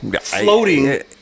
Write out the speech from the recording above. Floating